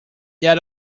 yet